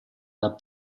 dal